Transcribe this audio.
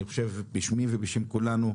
אני חושב בשמי ובשם כולנו,